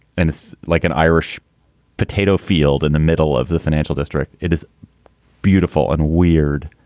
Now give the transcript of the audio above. and it's like an irish potato field in the middle of the financial district. it is beautiful and weird.